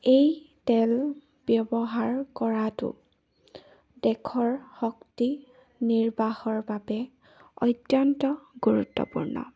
এই তেল ব্যৱহাৰ কৰাটো দেশৰ শক্তি নিৰ্বাহৰ বাবে অত্যন্ত গুৰুত্বপূৰ্ণ